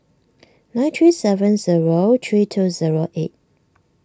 nine three seven zero three two zero eight